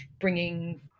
bringing